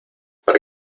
para